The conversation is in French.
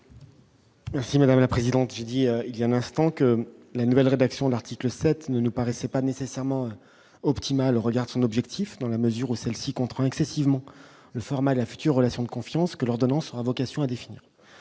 Merci madame la présidente, je dit il y a un instant que la nouvelle rédaction de l'article 7 ne nous paraissait pas nécessairement optimale regarde son objectif dans la mesure où celle-ci contraint excessivement le format de la future relation de confiance que l'ordonnance a vocation à définir